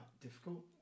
difficult